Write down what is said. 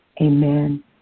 amen